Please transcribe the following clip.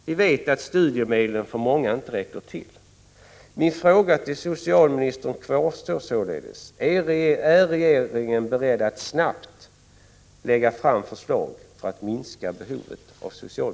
Vi vet att studiemedlen för många inte räcker till.